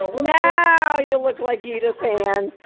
now you look like edith ann.